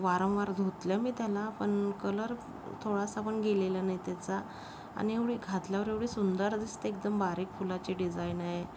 वारंवार धुतलं मी त्याला पण कलर थोडासापण गेलेला नाही त्याचा आणि एवढी घातल्यावर एवढी सुंदर दिसते एकदम बारीक फुलाची डिझाईन आहे